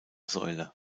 säule